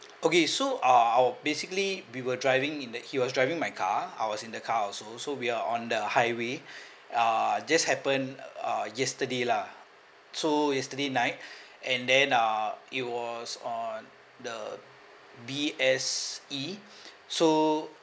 okay so uh our basically we were driving in that he was driving my car I was in the car also so we are on the highway uh just happened uh yesterday lah so yesterday night and then uh it was on the B_S_E so